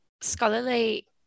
scholarly